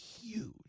huge